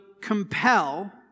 compel